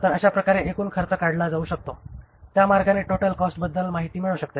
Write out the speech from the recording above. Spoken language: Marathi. तर अशा प्रकारे एकूण खर्च काढला जाऊ शकतो त्या मार्गाने टोटल कॉस्टबद्दल माहिती मिळू शकते